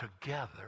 together